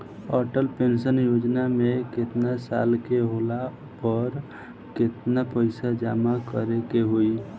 Atal pension योजना मे केतना साल के होला पर केतना पईसा जमा करे के होई?